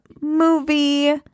movie